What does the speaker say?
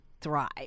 thrive